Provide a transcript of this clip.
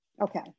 Okay